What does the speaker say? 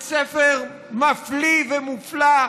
בית ספר מפליא ומופלא,